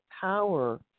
power